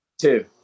Two